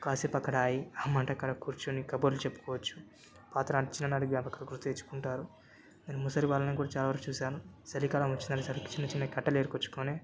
కాసేపక్కడ ఆగి ఆ మంట కాడ కూర్చొని కబుర్లు చెప్పుకోవచ్చు పాతనాటి చిన్ననాటి జ్ఞాపకాలు గుర్తు తెచ్చుకుంటారు నేను ముసలి వాళ్ళను కూడా చాలా వరకు చూసాను చలికాలం వచ్చిందంటే సరికి చిన్న చిన్న కట్టలేరుకొచ్చుకోని